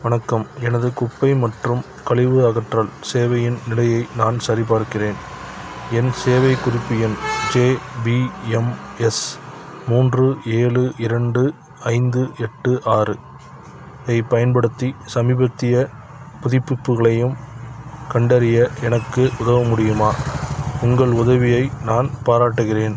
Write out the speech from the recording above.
வணக்கம் எனது குப்பை மற்றும் கழிவு அகற்றல் சேவையின் நிலையை நான் சரிபார்க்கிறேன் என் சேவை குறிப்பு எண் ஜேபிஎம்எஸ் மூன்று ஏழு இரண்டு ஐந்து எட்டு ஆறு ஐப் பயன்படுத்தி சமீபத்திய புதுப்பிப்புகளையும் கண்டறிய எனக்கு உதவ முடியுமா உங்கள் உதவியை நான் பாராட்டுகிறேன்